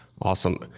Awesome